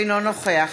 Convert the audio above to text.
אינו נוכח